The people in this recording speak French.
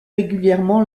régulièrement